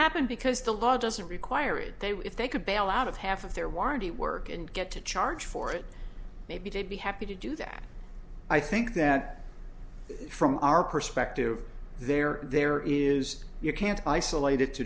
happen because the law doesn't require it they would if they could bail out of half of their warranty work and get to charge for it maybe they'd be happy to do that i think that from our perspective there there is you can't isolate